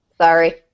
Sorry